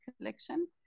collection